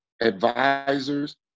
advisors